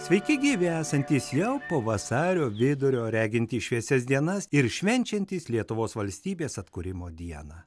sveiki gyvi esantys jau po vasario vidurio regintys šviesias dienas ir švenčiantys lietuvos valstybės atkūrimo dieną